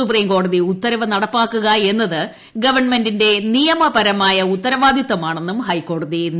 supreme കോടതി ഉത്തരവ് നടപ്പാക്കുക എന്നത് ഗവൺമെന്റിന്റെ നിയമപരമായ ഉത്തരവാദിത്തമാണെന്നും ഹൈക്കോടതി നിരീക്ഷിച്ചു